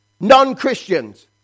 non-Christians